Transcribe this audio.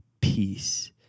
peace